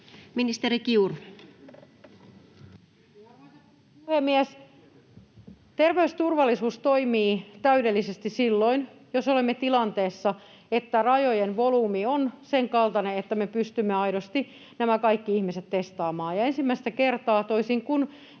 Content: Arvoisa puhemies! Terveysturvallisuus toimii täydellisesti silloin, jos olemme tilanteessa, että rajojen volyymi on sen kaltainen, että me pystymme aidosti nämä kaikki ihmiset testaamaan. Ja ensimmäistä kertaa, toisin kuin